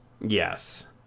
Yes